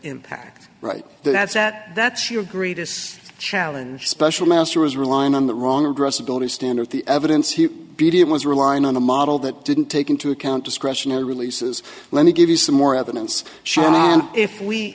impact right that's that that's your greatest challenge special master was relying on the wrong gross ability standards the evidence you beauty it was relying on a model that didn't take into account discretionary releases let me give you some more evidence if we if we